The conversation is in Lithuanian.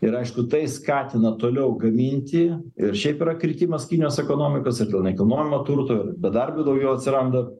ir aišku tai skatina toliau gaminti ir šiaip yra kritimas kinijos ekonomikos ir dėl nekilnojamo turto ir bedarbių daugiau atsiranda